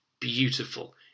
beautiful